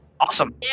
Awesome